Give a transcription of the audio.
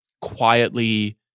quietly